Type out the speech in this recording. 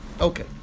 Okay